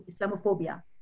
Islamophobia